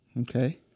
Okay